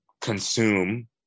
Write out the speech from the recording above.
consume